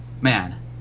man